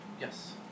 Yes